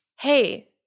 Hey